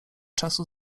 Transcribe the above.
czasu